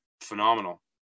phenomenal